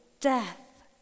death